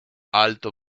alto